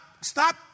stop